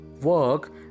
work